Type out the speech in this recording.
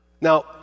Now